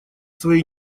своей